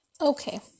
okay